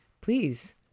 please